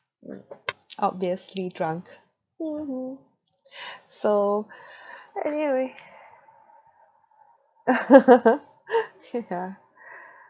mm obviously drunk so anyway yeah